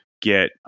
get –